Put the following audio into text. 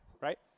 right